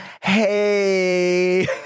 Hey